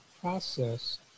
process